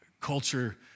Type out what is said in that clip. culture